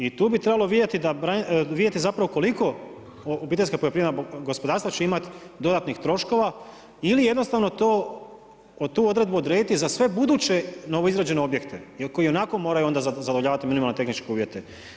I tu bi trebalo vidjeti zapravo koliko obiteljska poljoprivredna gospodarstva će imati dodatnih troškova, ili jednostavno tu odredbu odrediti za sve buduće novoizrađene objekta, koji ionako moraju onda zadovoljavati minimalne tehničke uvjete.